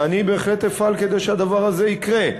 ואני בהחלט אפעל כדי שהדבר הזה יקרה.